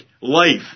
life